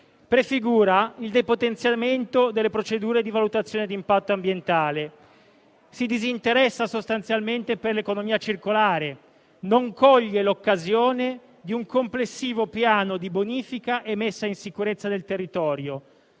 Prefigura il depotenziamento delle procedure di valutazione di impatto ambientale, si disinteressa sostanzialmente dell'economia circolare, non coglie l'occasione di un complessivo piano di bonifica e messa in sicurezza del territorio,